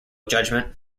judgement